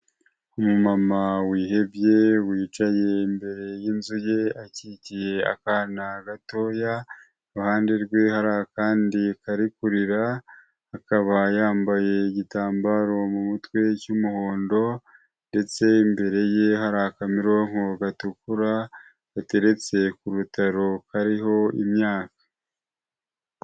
Umumama wihebye wicaye imbere y'inzu ye akikiye akana gatoya, iruhande rwe hari akandi kari kurira, akaba yambaye igitambaro mu mutwe cy'umuhondo ndetse imbere ye hari akamironko gatukura gateretse ku rutaro kariho imyaka.